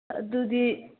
ꯑꯗꯨꯗꯤ